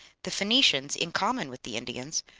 the phoenicians, in common with the indians,